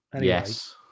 Yes